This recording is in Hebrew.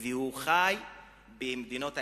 והוא חי במדינות האסלאם,